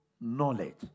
Knowledge